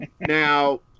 Now